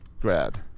grad